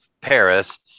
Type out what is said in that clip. Paris